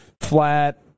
flat